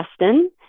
Justin